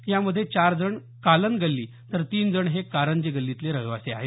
यामध्ये चार जण कालन गल्ली तर तीन जण हे कारंजे गल्लीतले रहिवाशी आहेत